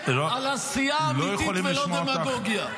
על עשייה אמיתית ולא דמגוגיה.